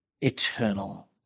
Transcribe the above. eternal